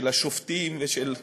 של השופטים ושל,